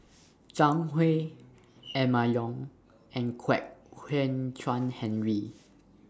Zhang Hui Emma Yong and Kwek Hian Chuan Henry